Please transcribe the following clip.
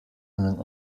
einen